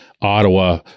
Ottawa